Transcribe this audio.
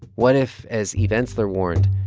what if, as eve ensler warned,